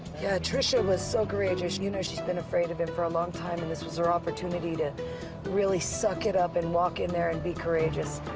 yeah. tricia was so courageous. you know she's been afraid of him for a long time. and this was her opportunity to really suck it up and walk in there and be courageous.